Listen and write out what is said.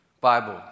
Bible